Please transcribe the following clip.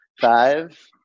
Five